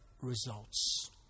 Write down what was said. results